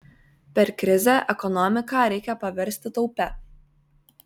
per krizę ekonomiką reikia paversti taupia